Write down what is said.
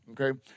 okay